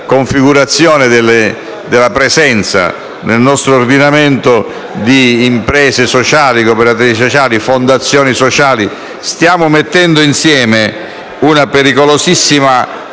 configurazione della presenza nel nostro ordinamento di imprese sociali, cooperative sociali, fondazioni sociali. Stiamo mettendo insieme una pericolosissima